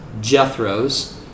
Jethro's